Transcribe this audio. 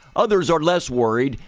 others are less worried,